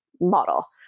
model